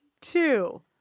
Two